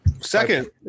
Second